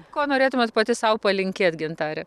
ko norėtumėt pati sau palinkėt gintare